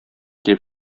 килеп